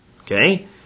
Okay